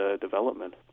development